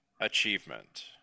achievement